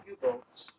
U-boats